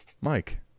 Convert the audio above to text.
Mike